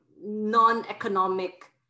non-economic